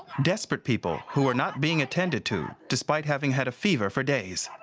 desperate people who were not being attended to despite having had a fever for days.